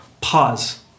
Pause